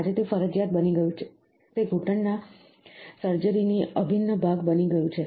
આજે તે ફરજિયાત બની ગયું છે તે ઘૂંટણની સર્જરી નો અભિન્ન ભાગ બની ગયું છે